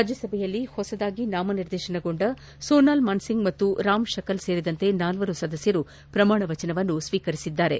ರಾಜ್ಙಸಭೆಯಲ್ಲಿ ಹೊಸದಾಗಿ ನಾಮನಿದೇರ್ತನಗೊಂಡ ಸೋನಾಲ್ ಮಾನ್ಸಿಂಗ್ ಮತ್ತು ರಾಮ್ಶಕಲ್ ಸೇರಿದಂತೆ ನಾಲ್ವರು ಸದಸ್ನರು ಪ್ರಮಾಣ ವಚನ ಸ್ವೀಕರಿಸಿದರು